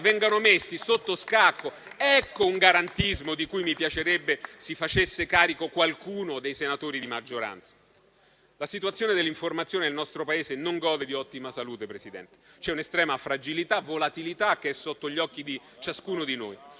vengano messi sotto scacco. Ecco un garantismo di cui mi piacerebbe si facesse carico qualcuno dei senatori di maggioranza. La situazione dell'informazione nel nostro Paese non gode di ottima salute. C'è un'estrema fragilità, volatilità, che è sotto gli occhi di ciascuno di noi.